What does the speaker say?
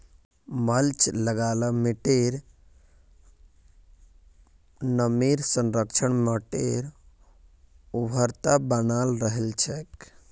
mulch लगा ल मिट्टीर नमीर संरक्षण, मिट्टीर उर्वरता बनाल रह छेक